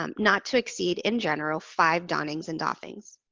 um not to exceed in general five donnings and doffings.